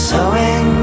Sowing